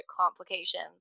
complications